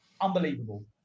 unbelievable